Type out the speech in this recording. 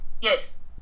Yes